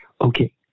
Okay